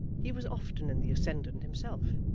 he was often in the ascendant himself,